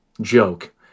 joke